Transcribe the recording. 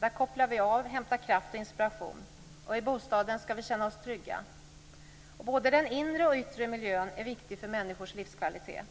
Där kopplar vi av, hämtar kraft och inspiration. I bostaden skall vi känna oss trygga. Både den inre och den yttre miljön är viktig för människors livskvalitet.